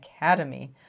Academy